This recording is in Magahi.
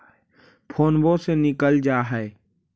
फोनवो से निकल जा है?